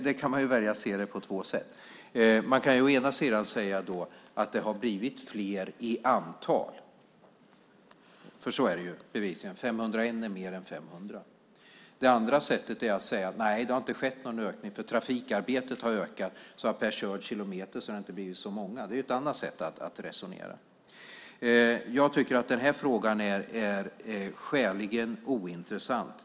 Man kan välja att se det på två sätt. Man kan å ena sidan säga att det har blivit fler i antal. Så är det ju bevisligen, 501 är fler än 500. Å andra sidan kan man säga att det inte har skett någon ökning eftersom trafikarbetet har ökat, så per körd kilometer har det inte blivit fler. Det är ett annat sätt att resonera. Jag tycker att denna fråga är skäligen ointressant.